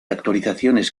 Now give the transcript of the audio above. actualizaciones